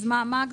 אז מה ההגדרה?